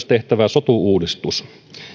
tehtävä myös sotu uudistus